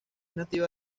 nativa